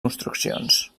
construccions